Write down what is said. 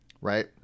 Right